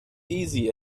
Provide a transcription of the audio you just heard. easy